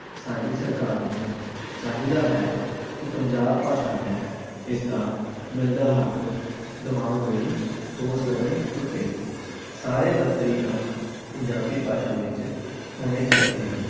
ਸਾਡੀ ਸਰਕਾਰ ਨੂੰ ਚਾਹੀਦਾ ਹੈ ਕਿ ਪੰਜਾਬ ਭਾਸ਼ਾ ਨੂੰ ਇਸ ਦਾ ਮਿਲਦਾ ਹੱਕ ਦਿਵਾਉਣ ਲਈ ਠੋਸ ਕਦਮ ਚੁੱਕੇ ਸਾਰੇ ਦਫ਼ਤਰੀ ਕੰਮ ਪੰਜਾਬੀ ਭਾਸ਼ਾ ਵਿੱਚ ਹੋਣੇ ਚਾਹੀਦੇ ਹਨ